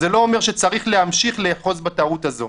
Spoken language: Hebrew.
זה לא אומר שצריך להמשיך לאחוז בטעות הזאת.